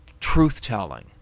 truth-telling